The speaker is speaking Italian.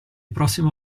prossimo